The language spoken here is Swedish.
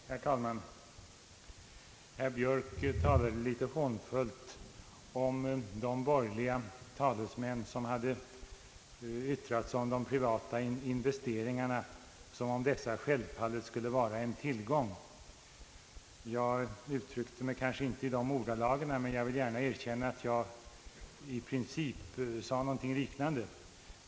Herr talman! Herr Björk talade litet hånfullt om de borgerliga talesmän vilka hade yttrat sig om de privata investeringarna som om dessa självfallet skulle vara en tillgång. Jag uttryckte mig kanske inte i de ordalagen, men jag vill gärna erkänna att jag i princip sade någonting liknande.